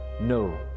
no